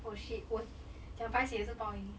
oh shit 我讲 paiseh 也是报应